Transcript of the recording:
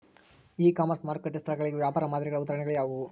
E commerce ಮಾರುಕಟ್ಟೆ ಸ್ಥಳಗಳಿಗೆ ವ್ಯಾಪಾರ ಮಾದರಿಗಳ ಉದಾಹರಣೆಗಳು ಯಾವುವು?